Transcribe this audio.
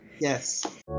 Yes